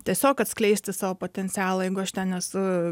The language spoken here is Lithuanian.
tiesiog atskleisti savo potencialą jeigu aš ten esu